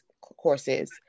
courses